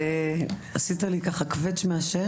בבקשה.